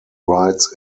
rights